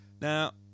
Now